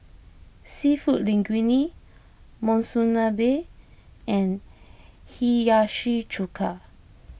Seafood Linguine Monsunabe and Hiyashi Chuka